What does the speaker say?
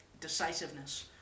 decisiveness